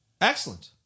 Excellent